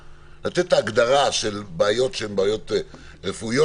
לתת הגדרה של בעיות שהן בעיות רפואיות,